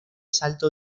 salto